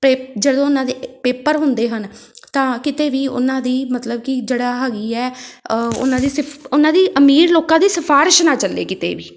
ਪੇ ਜਦੋਂ ਉਹਨਾਂ ਦੇ ਪੇਪਰ ਹੁੰਦੇ ਹਨ ਤਾਂ ਕਿਤੇ ਵੀ ਉਹਨਾਂ ਦੀ ਮਤਲਬ ਕਿ ਜਿਹੜਾ ਹੈਗੀ ਹੈ ਉਹਨਾਂ ਦੀ ਸ਼ਿਫ ਉਹਨਾਂ ਦੀ ਅਮੀਰ ਲੋਕਾਂ ਦੀ ਸਿਫਾਰਸ਼ ਨਾ ਚੱਲੇ ਕਿਤੇ ਵੀ